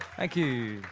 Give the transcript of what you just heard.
thank you.